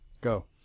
Go